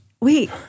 Wait